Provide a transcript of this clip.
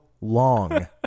long